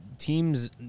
Teams